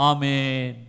Amen